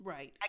Right